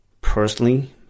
personally